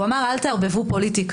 הוא אמר: אל תערבבו פוליטיקה.